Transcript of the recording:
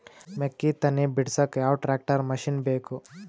ಮೆಕ್ಕಿ ತನಿ ಬಿಡಸಕ್ ಯಾವ ಟ್ರ್ಯಾಕ್ಟರ್ ಮಶಿನ ಬೇಕು?